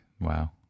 wow